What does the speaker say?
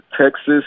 Texas